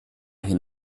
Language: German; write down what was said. hin